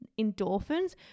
endorphins